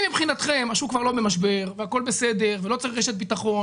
אם מבחינתכם השוק כבר לא במשבר והכול בסדר ולא צריך רשת ביטחון